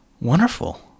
wonderful